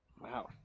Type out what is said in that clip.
Wow